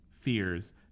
fears